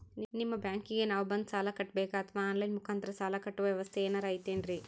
ನಿಮ್ಮ ಬ್ಯಾಂಕಿಗೆ ನಾವ ಬಂದು ಸಾಲ ಕಟ್ಟಬೇಕಾ ಅಥವಾ ಆನ್ ಲೈನ್ ಮುಖಾಂತರ ಸಾಲ ಕಟ್ಟುವ ವ್ಯೆವಸ್ಥೆ ಏನಾರ ಐತೇನ್ರಿ?